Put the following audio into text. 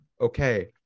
okay